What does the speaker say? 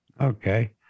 Okay